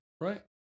Right